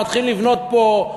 מתחילים לבנות פה.